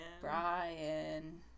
brian